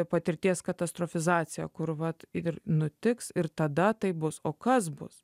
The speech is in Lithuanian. patirties katastrofizacija kur vat ir nutiks ir tada tai bus o kas bus